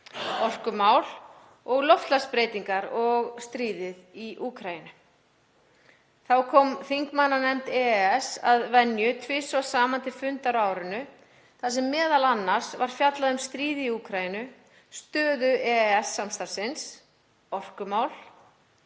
orkumál, loftslagsbreytingar og stríðið í Úkraínu. Þá kom þingmannanefnd EES að venju tvisvar saman til fundar á árinu þar sem m.a. var fjallað um stríðið í Úkraínu, stöðu EES-samstarfsins, orkumál,